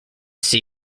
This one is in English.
see